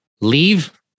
leave